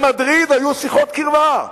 במדריד היו שיחות קרבה.